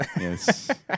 Yes